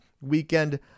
weekend